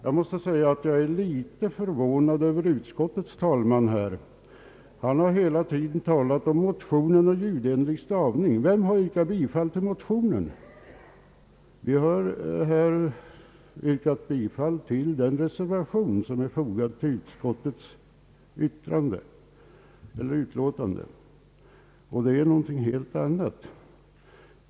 Herr talman! Jag är litet förvånad över utskottets talesman; han har hela tiden talat om motionen och ljudenlig stavning. Vem har yrkat bifall till den? Vi har yrkat bifall till den reservation som är fogad vid utskottets utlåtande, och det är något helt annat.